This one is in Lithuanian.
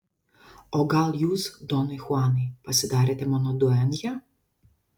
o gal jūs donai chuanai pasidarėte mano duenja